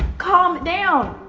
calm down.